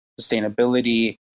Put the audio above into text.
sustainability